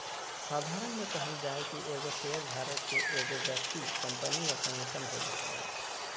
साधारण में कहल जाय कि एगो शेयरधारक के एगो व्यक्ति कंपनी या संगठन हो सको हइ